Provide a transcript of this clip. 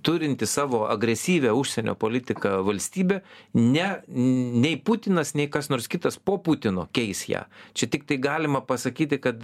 turinti savo agresyvią užsienio politiką valstybė ne nei putinas nei kas nors kitas po putino keis ją čia tiktai galima pasakyti kad